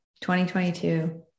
2022